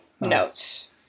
notes